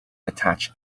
attach